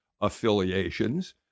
affiliations